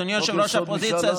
אדוני יושב-ראש האופוזיציה,